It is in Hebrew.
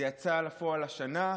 זה יצא לפועל השנה,